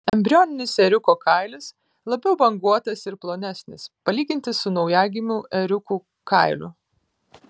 embrioninis ėriuko kailis labiau banguotas ir plonesnis palyginti su naujagimių ėriukų kailiu